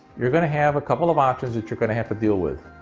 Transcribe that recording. you're gonna have a couple of options that you're gonna have to deal with.